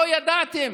לא ידעתם,